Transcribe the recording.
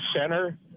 center